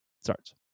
starts